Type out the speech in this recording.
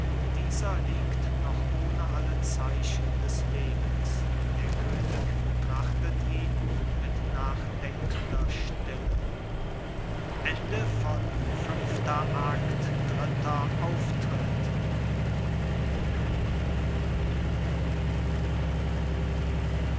dieser liegt noch ohne alle zeichen des lebens der könig betrachtet ihn mit nachdenkender stille vierter auftritt